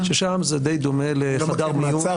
ששם זה די דומה --- לא מוכר מהמעצר,